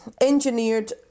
engineered